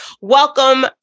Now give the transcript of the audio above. Welcome